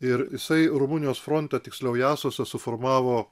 ir jisai rumunijos fronte tiksliau jasuose suformavo